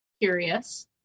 curious